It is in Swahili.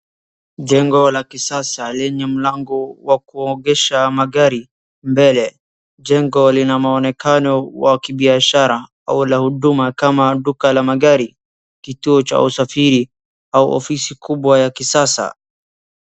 Jengo la kisasa lenye mlango wa kuogesha magari mbele. Jengo lina maonekano wa kibiashara au huduma kama duka la magari, kituo cha usafiri au ofisi kubwa ya kisasa.